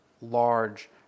large